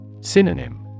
Synonym